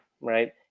right